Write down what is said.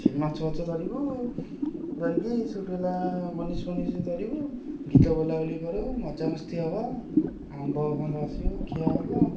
ସେଇଠି ମାଛଫାଛ ଧରିବୁ ଧରିକି ସେଉଠୁ ହେଲା ବନିଶୀ ଫନିସ ଧରିବୁ ଗୀତ ବୋଲାବୋଲି କରିବୁ ମଜାମସ୍ତି ହେବ ଆମ୍ବ ଫାମ୍ବ ଆସିବ ଖିଆହେବ